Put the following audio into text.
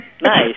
Nice